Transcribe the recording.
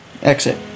Exit